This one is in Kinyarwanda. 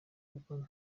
kuko